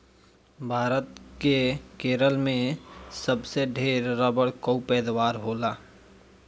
भारत के केरल में सबसे ढेर रबड़ कअ पैदावार होला